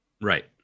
Right